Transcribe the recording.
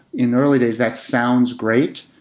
in early days, that sounds great,